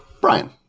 Brian